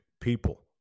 people